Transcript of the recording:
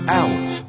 out